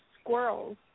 squirrels